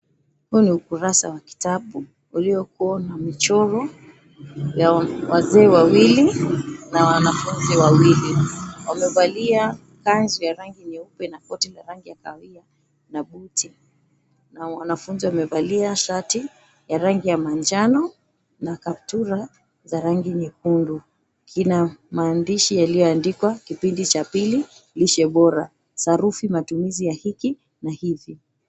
Huu ni ukurasa wa kitabu uliokua na mchoro ya wazee wawili na wanafunzi wawili, wamevalia kanzu ya rangi nyeupena koti ya rangi ya kahawia na buti. Wanafunzi wamevalia shari ya rangi ya manjano na kaptura za rangi ya nyekundu. Kila maandishi yaliyoandikwa kipindi cha pili, lishe bora, sarufi matumizi ya hiki na hivi.